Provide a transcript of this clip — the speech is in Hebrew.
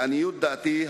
לעניות דעתי,